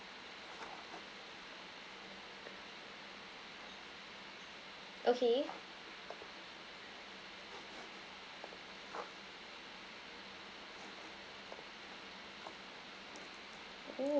okay oo